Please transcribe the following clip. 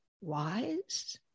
wise